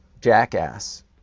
jackass